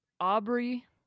Aubrey